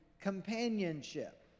companionship